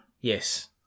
Yes